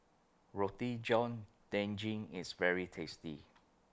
Roti John Daging IS very tasty